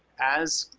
as